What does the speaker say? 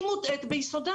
היא מוטעית ביסודה.